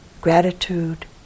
gratitude